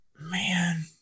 man